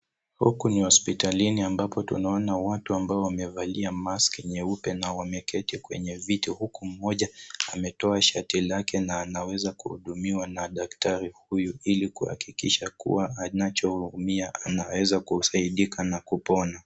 Huku ni hospitalini ambapo tunaona watu ambao wamevalia mask nyeupe na wameketi kwenye viti, huku mmoja ametoa shati lake na anaweza kuhudumiwa na daktari huyu ili kuhakikisha kuwa anachoumia anaweza kusaidika na kupona.